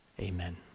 Amen